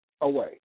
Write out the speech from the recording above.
away